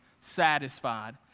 satisfied